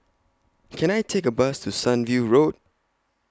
Can I Take A Bus to Sunview Road